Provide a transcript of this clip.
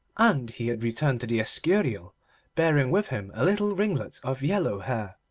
and he had returned to the escurial bearing with him a little ringlet of yellow hair,